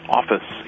office